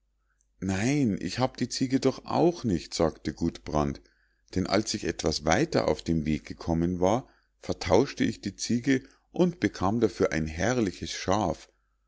nein ich hab die ziege doch auch nicht sagte gudbrand denn als ich etwas weiter auf dem weg gekommen war vertauschte ich die ziege und bekam dafür ein herrliches schaf